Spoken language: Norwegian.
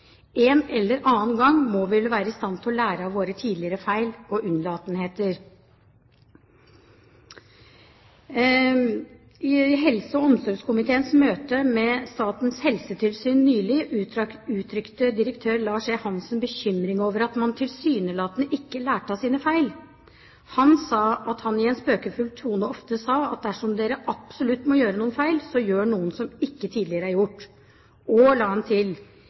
En eller annen gang må vi vel være i stand til å lære av våre tidligere feil og unnlatelser. I helse- og omsorgskomiteens møte med Statens helsetilsyn nylig uttrykte direktør Lars E. Hanssen bekymring over at man tilsynelatende ikke lærte av sine feil. Han sa at han i en spøkefull tone ofte sa at dersom dere absolutt må gjøre noen feil, så gjør noen som ikke tidligere er gjort. Og, la han til,